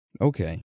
Okay